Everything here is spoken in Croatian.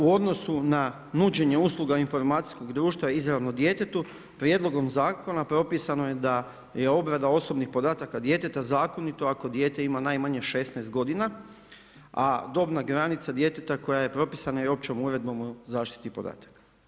U odnosu na nuđenje usluga informacijskog društva izravno o djetetu prijedlogom zakona propisano je da je obrada osobnih podataka djeteta zakonito ako dijete ima najmanje 16 godina, a dobna granica djeteta koja je propisana općom uredbom o zaštiti podataka.